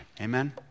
Amen